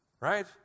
right